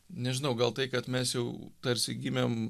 nežinau gal tai kad mes jau tarsi gimėm